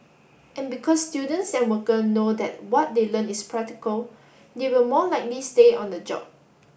and because students and worker know that what they learn is practical they will more likely stay on the job